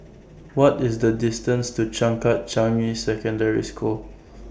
What IS The distance to Changkat Changi Secondary School